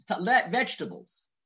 vegetables